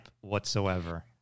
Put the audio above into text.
whatsoever